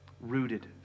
rooted